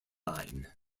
line